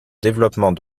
développement